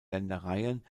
ländereien